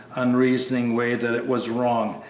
unreasoning way that it was wrong,